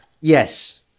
yes